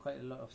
ya